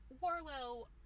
Warlow